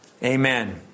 Amen